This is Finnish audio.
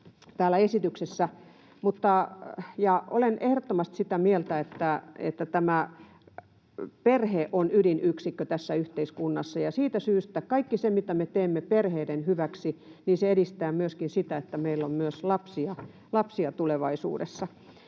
täällä esityksessä. Mutta olen ehdottomasti sitä mieltä, että tämä perhe on ydinyksikkö tässä yhteiskunnassa, ja siitä syystä kaikki se, mitä me teemme perheiden hyväksi, edistää myöskin sitä, että meillä on myös lapsia tulevaisuudessa.